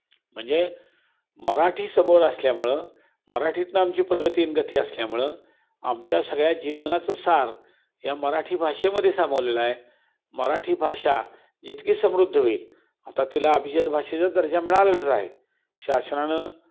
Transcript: म्हणजे मराठी समोर असल्यामुळं मराठीतनं आमची प्रगती अन गती असल्यामुळं आमच्या सगळ्या जीवनाचं सार या मराठी भाषेमध्ये सामावलेलं आहे मराठी भाषा जितकी समृद्ध होईल आता तिला अभिजात भाषेचा दर्जा मिळालेलाच आहे शासनानं